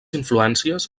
influències